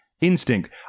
instinct